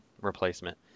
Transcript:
replacement